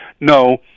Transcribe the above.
no